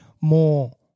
more